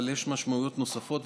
אבל יש משמעויות נוספות,